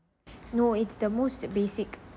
no it's the most basic